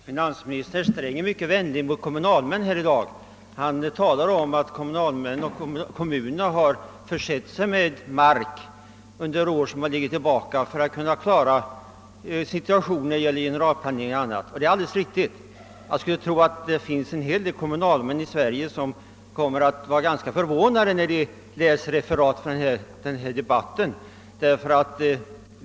Herr talman! Finansminister Sträng är mycket vänlig mot kommunalmännen i dag. Han talar om att kommunalmännen och kommunerna har försett sig med mark under tidigare år för att klara situationen när det gäller generalplanering o. d. Det är alldeles riktigt. Jag skulle emellertid tro att det finns en hel del kommunalmän i Sverige som kommer att bli ganska förvånade när de läser referat från denna debatt.